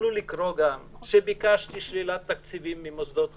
תוכלו לקרוא גם שביקשתי שלילת תקציבים ממוסדות חינוך.